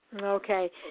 Okay